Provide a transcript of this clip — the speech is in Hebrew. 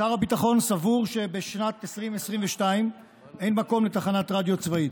שר הביטחון סבור שבשנת 2022 אין מקום לתחנת רדיו צבאית.